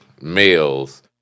males